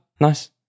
nice